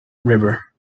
river